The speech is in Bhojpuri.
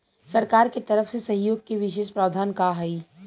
सरकार के तरफ से सहयोग के विशेष प्रावधान का हई?